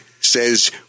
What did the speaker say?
says